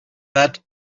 but